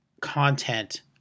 content